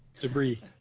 Debris